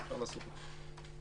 אפשר לעשות אותה.